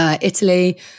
Italy